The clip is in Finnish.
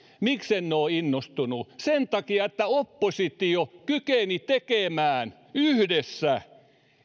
miksen ole innostunut sen takia että oppositio kykeni tekemään yhdessä